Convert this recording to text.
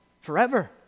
forever